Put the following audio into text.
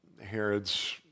Herod's